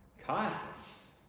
Caiaphas